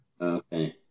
okay